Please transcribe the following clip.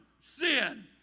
sin